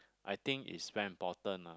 I think is very important ah